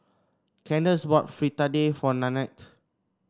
Kandace bought Fritada for Nannette